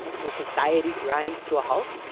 will society grind to a halt?